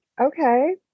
Okay